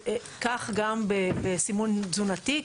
כך גם בסימון תזונתי,